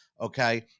okay